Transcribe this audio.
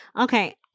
Okay